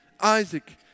Isaac